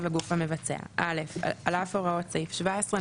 הגוף המבצע 18. על אף הוראות סעיף 17 ,